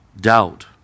doubt